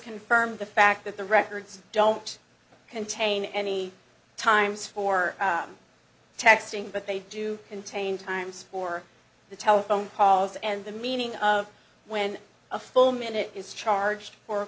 confirmed the fact that the records don't contain any times for texting but they do contain times for the telephone calls and the meaning of when a full minute is charged or a